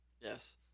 Yes